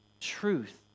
truth